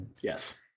yes